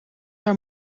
haar